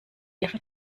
ihre